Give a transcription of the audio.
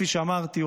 כפי שאמרתי,